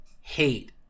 hate